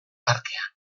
parkea